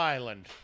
Island